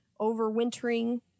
overwintering